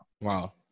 wow